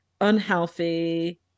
unhealthy